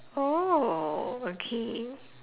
oh okay